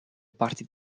parti